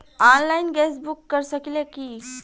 Online gas book कर सकिले की?